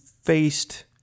faced